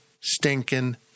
stinking